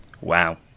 wow